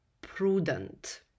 prudent